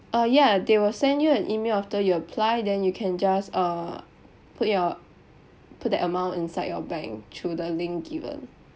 uh ya they will send you an email after you apply then you can just uh put your put that amount inside your bank through the link given